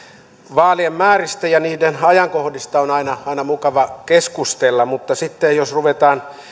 vaalien määristä ja niiden ajankohdista on aina aina mukava keskustella mutta sitten jos ruvetaan